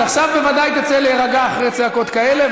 עכשיו בוודאי תצא להירגע אחרי צעקות כאלה,